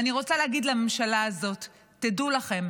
אני רוצה להגיד לממשלה הזאת: תדעו לכם,